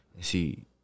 See